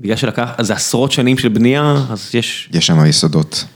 בגלל שלקח אז עשרות שנים של בנייה, אז יש... יש שם יסודות.